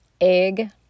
egg